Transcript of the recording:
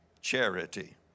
charity